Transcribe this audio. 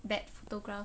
bad photograph